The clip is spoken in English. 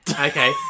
okay